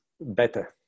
better